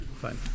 fine